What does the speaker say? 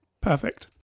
Perfect